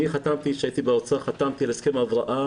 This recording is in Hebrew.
כשהייתי באוצר חתמתי על הסכם הבראה